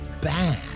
bad